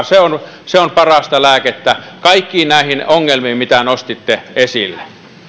se on se on parasta lääkettä kaikkiin näihin ongelmiin mitä nostitte esille